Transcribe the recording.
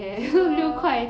是 lor